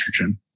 estrogen